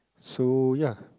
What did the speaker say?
so ya